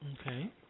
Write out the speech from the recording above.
Okay